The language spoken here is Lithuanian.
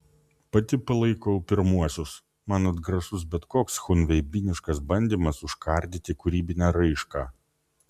pati palaikau pirmuosius man atgrasus bet koks chunveibiniškas bandymas užkardyti kūrybinę raišką